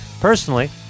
Personally